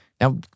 Now